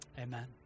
Amen